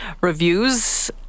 reviews